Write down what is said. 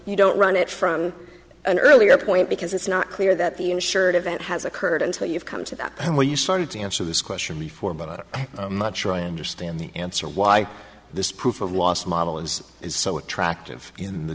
you don't run it from an earlier point because it's not clear that the insured event has occurred until you've come to that point where you started to answer this question before about i'm not sure i understand the answer why this proof of loss model and is so attractive in the